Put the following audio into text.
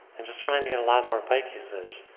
and just trying to get a lot more bike usage,